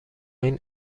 این